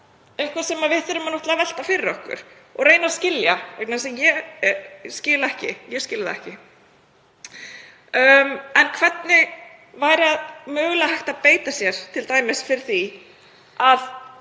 eitthvað sem við þurfum að velta fyrir okkur og reyna að skilja, vegna þess að ég skil það ekki. Hvernig væri mögulega hægt að beita sér t.d. fyrir því að